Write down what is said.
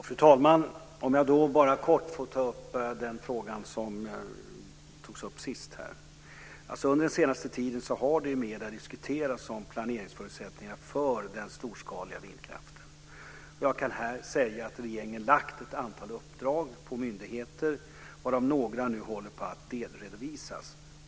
Fru talman! Låt mig bara kort ta upp frågan som togs upp sist här. Under den senaste tiden har det i medierna diskuterats om planeringsförutsättningarna för den storskaliga vindkraften. Jag kan här säga att regeringen har lagt ett antal uppdrag på myndigheter, varav några nu håller på att delredovisas.